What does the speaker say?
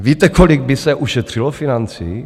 Víte, kolik by se ušetřilo financí?